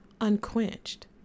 unquenched